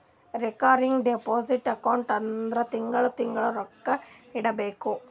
recurring deposit account ಅಂದುರ್ ತಿಂಗಳಾ ತಿಂಗಳಾ ರೊಕ್ಕಾ ಇಡಬೇಕು